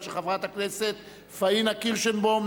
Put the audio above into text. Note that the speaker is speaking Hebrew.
של חברת הכנסת פאינה קירשנבאום.